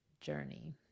journey